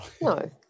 No